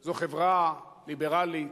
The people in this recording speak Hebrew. זו חברה ליברלית,